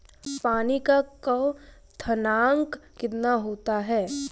पानी का क्वथनांक कितना होता है?